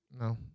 No